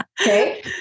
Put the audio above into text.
Okay